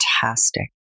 Fantastic